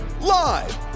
live